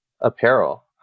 apparel